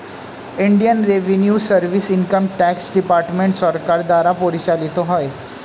Indian revenue service income tax department সরকার দ্বারা পরিচালিত হয়